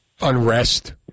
unrest